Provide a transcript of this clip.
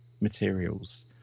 materials